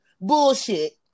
Bullshit